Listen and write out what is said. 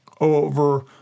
over